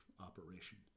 operation